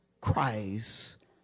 Christ